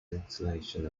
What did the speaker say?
installation